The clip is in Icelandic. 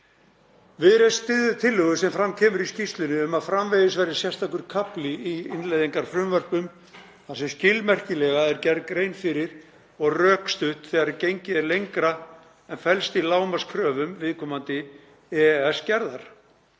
Viðreisn styður tillögu sem fram kemur í skýrslunni um að framvegis verði sérstakur kafli í innleiðingarfrumvörpum þar sem skilmerkilega er gert grein fyrir og rökstutt þegar gengið er lengra en felst í lágmarkskröfum viðkomandi EES-gerðar